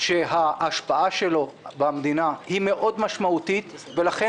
שההשפעה שלו במדינה משמעותית מאוד ולכן